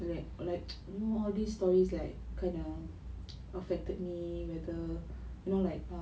and then like know all these stories like kinda affected me whether you know like um